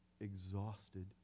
exhausted